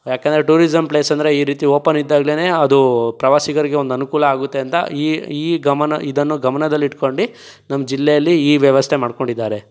ಯಾಕೆಂದ್ರೆ ಟೂರಿಸಮ್ ಪ್ಲೇಸಂದ್ರೆ ಈ ರೀತಿ ಓಪನ್ ಇದ್ದಾಗ್ಲೆನೆ ಅದು ಪ್ರವಾಸಿಗರಿಗೆ ಒಂದು ಅನುಕೂಲ ಆಗುತ್ತೆ ಅಂತ ಈ ಈ ಗಮನ ಇದನ್ನು ಗಮನದಲ್ಲಿ ಇಟ್ಕೊಂಡು ನಮ್ಮ ಜಿಲ್ಲೆಯಲ್ಲಿ ಈ ವ್ಯವಸ್ಥೆ ಮಾಡ್ಕೊಂಡಿದ್ದಾರೆ